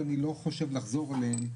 ואני לא חושב לחזור עליהם,